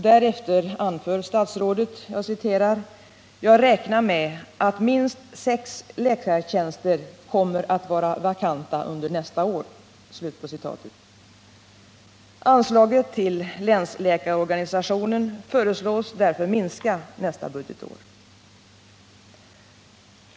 Därefter anför statsrådet: ”Jag räknar med att minst sex läkartjänster kommer att vara vakanta under nästa år.” Anslaget till länsläkarorganisationen föreslås därför minska nästa budgetår.